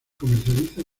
comercializa